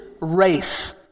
race